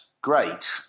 great